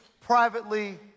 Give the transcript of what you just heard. privately